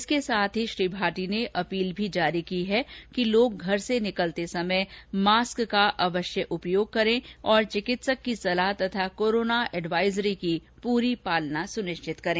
इसके साथ ही श्री भाटी ने अपील भी जारी की है कि लोग घर से निलकते समय मास्क का अवश्य उपयोग करे तथा चिकित्सक की सलाह और कोरोना एडवाइजरी की पूर्ण पालना सुनिश्चित करें